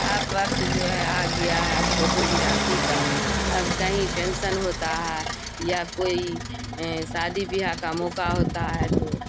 اب وقت جو ہے آ گیا ہے فوٹو گرافی کا اب کہیں فنکشن ہوتا ہے یا کوئی شادی بیاہ کا موقع ہوتا ہے تو